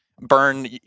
burn